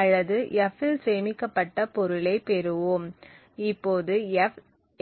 அல்லது f இல் சேமிக்கப்பட்ட பொருளைப் பெறுவோம் இப்போது f